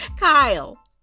Kyle